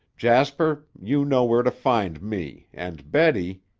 jasper, you know where to find me, and, betty,